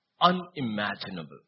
unimaginable